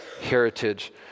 Heritage